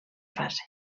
fase